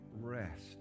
rest